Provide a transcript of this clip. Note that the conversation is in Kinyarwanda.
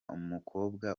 umukobwa